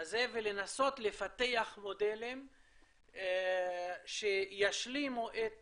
הזה ולנסות לפתח מודלים שישלימו את